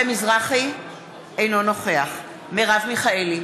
אינו נוכח מרב מיכאלי,